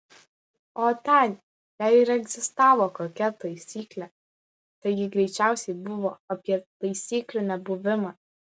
o ten jei ir egzistavo kokia taisyklė tai ji greičiausiai buvo apie taisyklių nebuvimą